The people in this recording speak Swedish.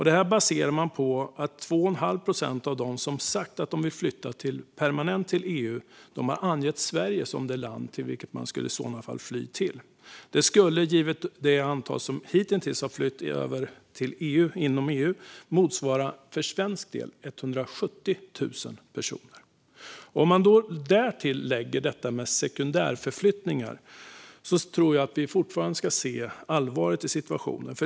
Detta baserar man på att 2 1⁄2 procent av dem som sagt att de vill flytta permanent till EU har angett Sverige som det land till vilket man i så fall vill fly. Det skulle för svensk del, givet det antal som hittills har flytt till EU, motsvara 170 000 personer. Om man därtill lägger detta med sekundärförflyttningar tror jag att vi fortfarande ska se allvaret i situationen.